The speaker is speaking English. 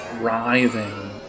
writhing